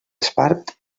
espart